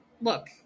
Look